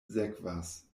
sekvas